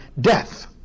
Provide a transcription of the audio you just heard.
death